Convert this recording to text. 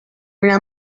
una